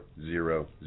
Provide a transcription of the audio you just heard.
zero